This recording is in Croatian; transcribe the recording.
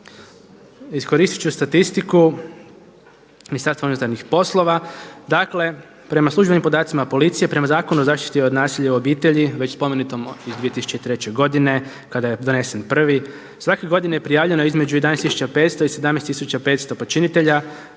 Iskoristiti ću statistiku MUP-a, dakle prema službenim podacima policije prema Zakonu o zaštiti od nasilja u obitelji već spomenutom iz 2003. godine kada je donesen prvi, svake godine je prijavljeno između 11.500 i 17.500 počinitelja,